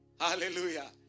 Hallelujah